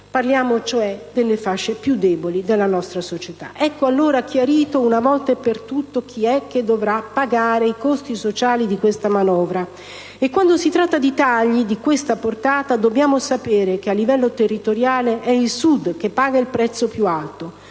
parliamo cioè delle fasce più deboli della nostra società. Ecco allora chiarito, una volta per tutte, chi è che dovrà pagare i costi sociali di questa manovra. E quando si tratta di tagli di questa portata dobbiamo sapere che a livello territoriale è il Sud che paga il prezzo più alto: